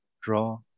draw